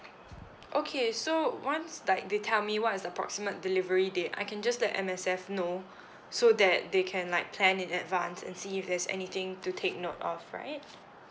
okay so once like they tell me what is the approximate delivery date I can just let M_S_F know so that they can like plan in advance and see if there's anything to take note of right